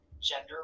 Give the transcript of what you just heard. gender